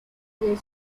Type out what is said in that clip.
del